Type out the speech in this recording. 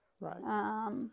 Right